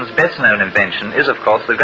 best-known invention is of course the